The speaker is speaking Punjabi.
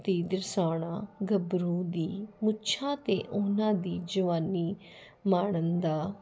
ਤੀ ਦਰਸਾਉਣਾ ਗੱਭਰੂ ਦੀ ਮੁੱਛਾਂ ਅਤੇ ਉਹਨਾਂ ਦੀ ਜਵਾਨੀ ਮਾਣਨ ਦਾ